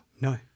No